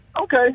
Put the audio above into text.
Okay